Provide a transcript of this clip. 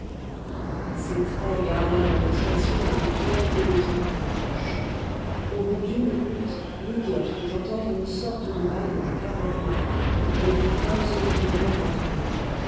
ses traits gardèrent leur expression habituelle d'hébétement farouche au bout d'une minute l'idiote fit entendre une sorte de bâillement caverneux rauque comme celui d'une bête affamée